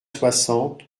soixante